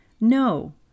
No